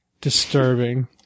disturbing